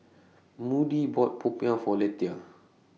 Moody bought Popiah For Lethia